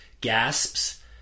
gasps